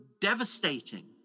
devastating